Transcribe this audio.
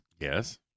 Yes